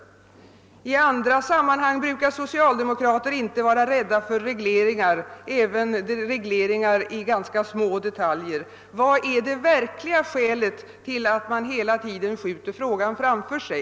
I andra sammanhang är socialdemokrater inte rädda för regleringar även i ganska små detaljer. Vilket är det verkliga skälet till att man i detta fall hela tiden skjuter frågan framför sig?